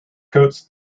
coats